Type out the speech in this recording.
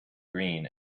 green